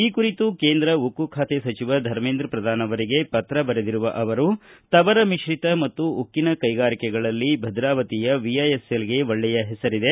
ಈ ಕುರಿತು ಕೇಂದ್ರ ಉಕ್ಕು ಖಾತೆ ಸಚಿವ ಧರ್ಮೇಂದ್ರ ಪ್ರಧಾನ್ ಅವರಿಗೆ ಪತ್ರ ಬರೆದಿರುವ ಅವರು ತವರ ಮಿಶ್ರಿತ ಮತ್ತು ಉಕ್ಕಿನ ಕೈಗಾರಿಕೆಗಳಲ್ಲಿ ಭದ್ರಾವತಿಯ ವಿಐಎಸ್ಎಲ್ಗೆ ಒಳ್ಳೆಯ ಹೆಸರಿದೆ